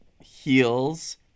heels